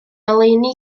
oleuni